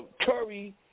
Curry